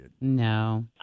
No